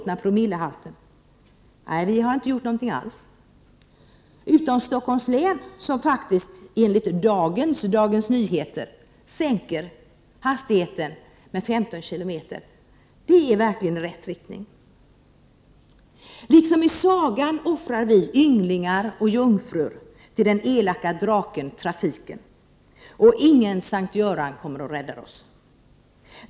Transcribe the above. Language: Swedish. Nej, vi har inte gjort någonting alls — utom Stockholms län, som faktiskt enligt dagens Dagens Nyheter sänker hastigheten med 15 km/tim. Det är verkligen ett steg i rätt riktning. Liksom i sagan offrar vi ynglingar och jungfrur till den elaka draken, trafiken. Och ingen Sankt Göran kommer och räddar oss.